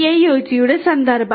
IIoT യുടെ സന്ദർഭം